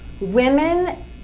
Women